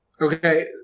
Okay